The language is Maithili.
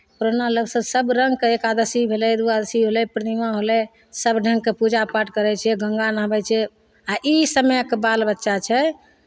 पुराना लोकसभ सभ रङ्गके एकादशी भेलै द्वादशी भेलै पूर्णिमा होलै सभ ढङ्गके पूजा पाठ करै छै गङ्गा नहबै छै आ ई समयके बाल बच्चा छै